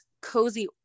cozy